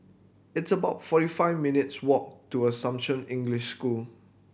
it's about forty five minutes' walk to Assumption English School